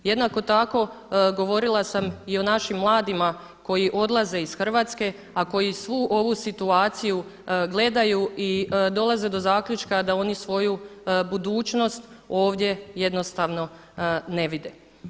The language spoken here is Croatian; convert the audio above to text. Jednako tako govorila sam i o našim mladima koji odlaze iz Hrvatske, a koju svu ovu situaciju gledaju i dolaze do zaključka da oni svoju budućnost ovdje jednostavno ne vide.